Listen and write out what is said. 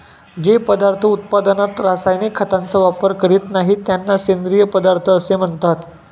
जे पदार्थ उत्पादनात रासायनिक खतांचा वापर करीत नाहीत, त्यांना सेंद्रिय पदार्थ असे म्हणतात